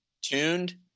tuned